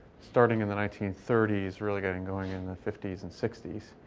starting in the nineteen thirty s, really getting going in the fifty s and sixty s.